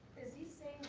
is he saying